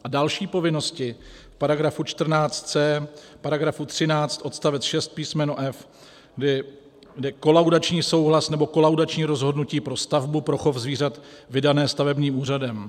A další povinnosti v § 14c, v § 13 odst. 6 písm. f), kdy kolaudační souhlas nebo kolaudační rozhodnutí pro stavbu pro chov zvířat vydané stavebním úřadem.